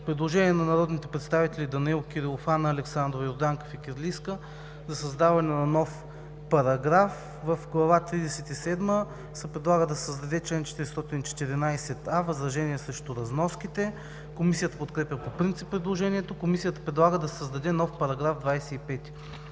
Предложение на народните представители Данаил Кирилов, Анна Александрова и Йорданка Фикирлийска за създаване на нов параграф: „В Глава тридесет и седма се предлага да се създаде чл. 414а „Възражение срещу разноските“.“ Комисията подкрепя по принцип предложението. Комисията предлага да се създаде нов § 25: „§ 25.